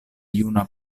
juna